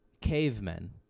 Cavemen